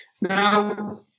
Now